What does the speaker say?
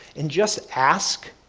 and just ask.